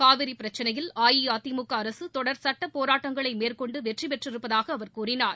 காவிரி பிரச்சனையில் அஇஅதிமுக அரசு தொடர் சுட்ட போராட்டங்களை மேற்கொண்டு வெற்றி பெற்றிருப்பதாக அவர் கூறினார்